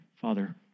Father